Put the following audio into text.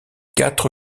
quatre